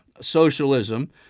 socialism